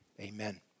Amen